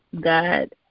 God